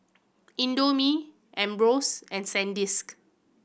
Indomie Ambros and Sandisk